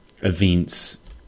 events